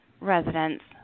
resident's